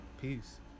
Peace